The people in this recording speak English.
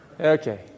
Okay